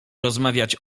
rozmawiać